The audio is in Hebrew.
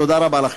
תודה רבה לכם.